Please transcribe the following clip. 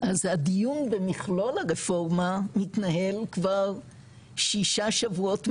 אז הדיון במכלול הרפורמה מתנהל כבר שישה שבועות מלאים,